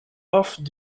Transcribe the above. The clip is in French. offrent